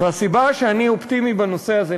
והסיבה שאני אופטימי בנושא הזה,